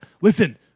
Listen